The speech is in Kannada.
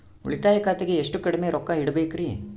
ಉಳಿತಾಯ ಖಾತೆಗೆ ಎಷ್ಟು ಕಡಿಮೆ ರೊಕ್ಕ ಇಡಬೇಕರಿ?